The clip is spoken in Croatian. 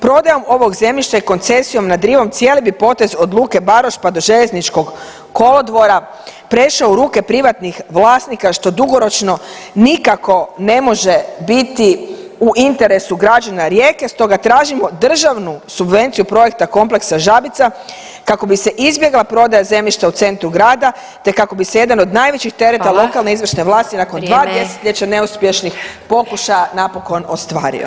Prodaja ovog zemljišta i koncesijom nad rivom cijeli bi potez od luke Baroš pa do željezničkog kolodvora prešao u ruke privatnih vlasnika, što dugoročno nikako ne može biti u interesu građana Rijeke, stoga tražimo državnu subvenciju projekta Kompleksa Žabica kako bi se izbjegla prodaja zemljišta u centru grada te kako bi se jedan od najvećih tereta lokalne [[Upadica: Hvala.]] i izvršne vlasti nakon 2 desetljeća [[Upadica: Vrijeme.]] neuspješnih pokušaja, napokon ostvario.